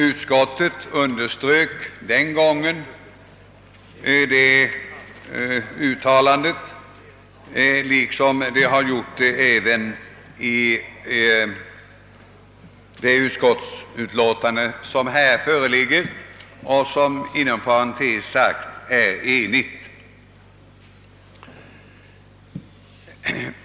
Utskottet underströk detta uttalande och gör så även i det utlåtande som nu föreligger och som inom parentes sagt är enhälligt.